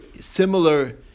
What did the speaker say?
similar